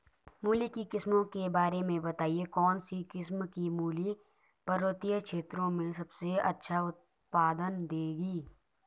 मूली की किस्मों के बारे में बताइये कौन सी किस्म की मूली पर्वतीय क्षेत्रों में सबसे अच्छा उत्पादन देंगी?